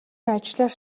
ажлаар